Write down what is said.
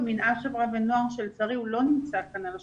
מינהל חברה ונוער שלצערי הוא לא נמצא כאן על השולחן.